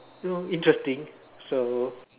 you know interesting so